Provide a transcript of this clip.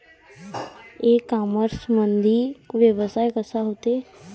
इ कामर्समंदी व्यवहार कसा होते?